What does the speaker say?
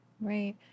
Right